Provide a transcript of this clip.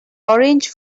orange